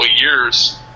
years